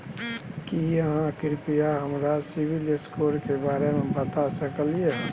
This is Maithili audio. की आहाँ कृपया हमरा सिबिल स्कोर के बारे में बता सकलियै हन?